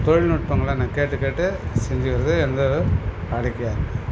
தொழில்நுட்பங்களை நான் கேட்டு கேட்டு செஞ்சுக்கிறது எந்தவொரு வாடிக்கையாக இருக்கு